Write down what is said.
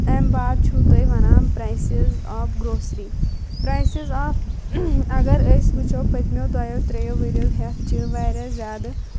امہِ باد چھُو تۄہہ وَنان prices of grocery prices of اگر أسۍ وُچھو پٔتمو دۄیو ترٛیو ؤرۍ یو ہٮ۪تھ چھِ وارِیاہ زیادٕ